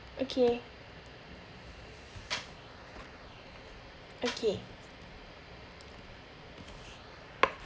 okay okay